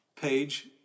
page